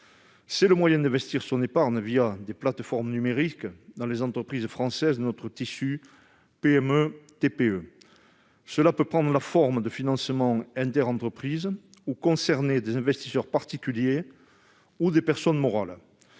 d'un moyen d'investir son épargne, des plateformes numériques, dans des entreprises françaises, en particulier dans notre tissu de PME-TPE. Cela peut prendre la forme de financements interentreprises ou concerner des investisseurs particuliers ou des personnes morales.